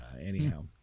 Anyhow